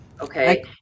okay